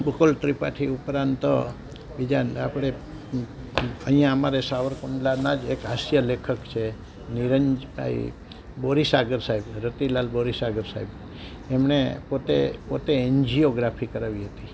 બકુલ ત્રિપાઠી ઉપરાંત બીજા આપળે અઈયાં અમારે સાવરકુંડલાના જ એક હાસ્ય લેખક છે નિરંજ ભાઈ બોરીસાગર સાહેબ રતિલાલ બોરી સાગર સાહેબ એમણે પોતે પોતે એનજીઓગ્રાફી કરાવી હતી